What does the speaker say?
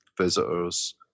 visitors